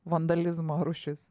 vandalizmo rūšis